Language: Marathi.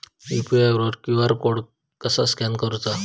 यू.पी.आय वर क्यू.आर कोड कसा स्कॅन करूचा?